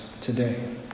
today